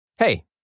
Hey